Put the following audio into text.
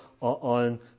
on